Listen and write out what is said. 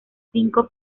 cinco